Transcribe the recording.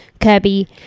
kirby